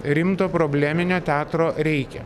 rimto probleminio teatro reikia